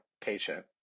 patient